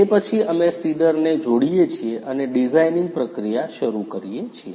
તે પછી અમે સીડરને જોડીએ છીએ અને ડિઝાઇનિંગ પ્રક્રિયા શરૂ કરીએ છીએ